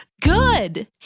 Good